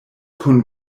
kun